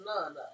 none